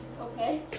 Okay